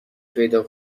پیدا